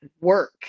work